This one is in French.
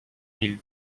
villes